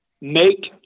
make